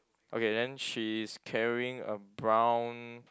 okay then she is carrying a brown